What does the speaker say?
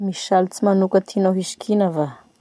Misy salotsy manoka tianao hisikina va?